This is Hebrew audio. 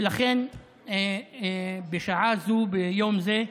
ולכן, בשעה זו, ביום זה,